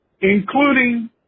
including